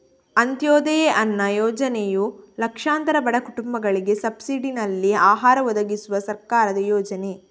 ಅಂತ್ಯೋದಯ ಅನ್ನ ಯೋಜನೆಯು ಲಕ್ಷಾಂತರ ಬಡ ಕುಟುಂಬಗಳಿಗೆ ಸಬ್ಸಿಡಿನಲ್ಲಿ ಆಹಾರ ಒದಗಿಸುವ ಸರ್ಕಾರದ ಯೋಜನೆ